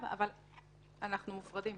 אנחנו מופרדים,